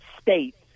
states